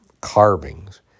carvings